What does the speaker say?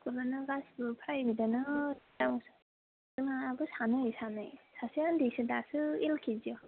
स्कुलानो गासिबो प्राइभेटआनो जोंहाबो सानै सानै सासेया ओन्दैसो दासो एल केजियाव